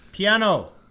Piano